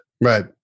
right